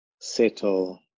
settle